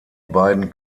beiden